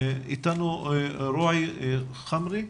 נמצא איתנו רועי חומרי.